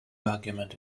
argument